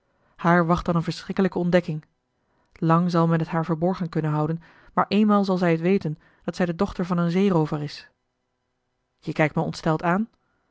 wacht dan een verschrikkelijke ontdekking lang zal men het haar verborgen kunnen houden maar eenmaal zal zij het weten dat zij de dochter van een zeeroover is je kijkt me ontsteld aan